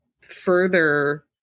further